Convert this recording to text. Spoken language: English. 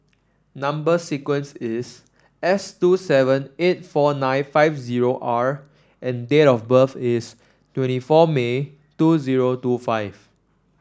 number sequence is S two seven eight four nine five zero R and date of birth is twenty four May two zero two five